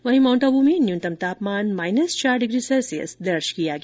वहीं माउंट आबू में न्यूनतम तापमान माइनस चार डिग्री सैल्सियस दर्ज किया गया